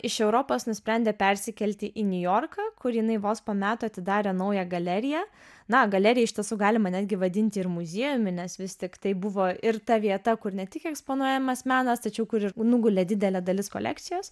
iš europos nusprendė persikelti į niujorką kur jinai vos po metų atidarė naują galeriją na galeriją iš tiesų galima netgi vadinti ir muziejumi nes vis tiktai buvo ir ta vieta kur ne tik eksponuojamas menas tačiau kur ir nugulė didelė dalis kolekcijos